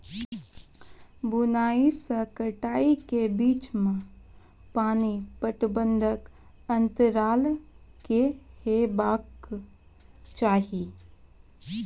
बुआई से कटाई के बीच मे पानि पटबनक अन्तराल की हेबाक चाही?